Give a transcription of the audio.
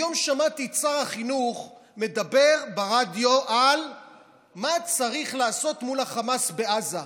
היום שמעתי את שר החינוך מדבר ברדיו על מה צריך לעשות מול החמאס בעזה.